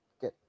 good